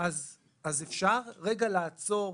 אפשר רגע לעצור,